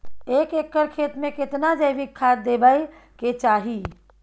एक एकर खेत मे केतना जैविक खाद देबै के चाही?